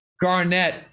Garnett